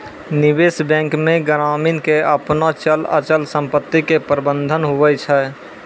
निबेश बेंक मे ग्रामीण के आपनो चल अचल समपत्ती के प्रबंधन हुवै छै